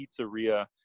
pizzeria